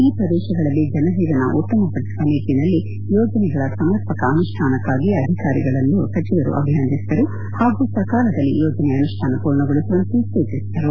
ಈ ಪ್ರದೇಶಗಳಲ್ಲಿ ಜನ ಜೀವನ ಉತ್ತಮಪಡಿಸುವ ನಿಟ್ಟನಲ್ಲಿ ಯೋಜನೆಗಳ ಸಮರ್ಪಕ ಅನುಷ್ಠಾನಕ್ಕಾಗಿ ಅಧಿಕಾರಿಗಳನ್ನು ಸಚಿವರು ಅಭಿನಂದಿಸಿದರು ಹಾಗೂ ಸಕಾಲದಲ್ಲಿ ಯೋಜನೆ ಅನುಷ್ಣಾನ ಪೂರ್ಣಗೊಳಿಸುವಂತೆ ಸೂಚಿಸಿದರು